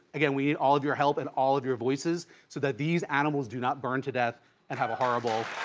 again, we need all of your help and all of your voices so that these animals do not burn to death and have a horrible,